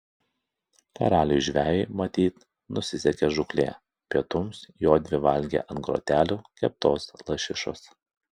karaliui žvejui matyt nusisekė žūklė pietums jodvi valgė ant grotelių keptos lašišos